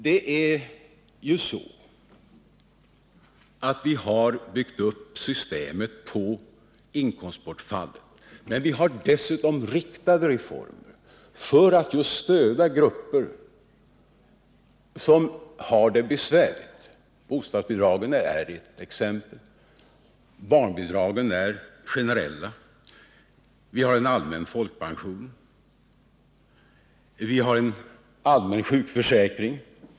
Vi har ju byggt upp pensionssystemet på principen av i huvudsak bevarad standard på ålderdomen, men vi har dessutom riktade reformer just för att stödja grupper som har det besvärligt. Bostadsbidragen är ett exempel. Barnbidragen är generella. Vi har en allmän folkpension. Vi har en allmän sjukförsäkring.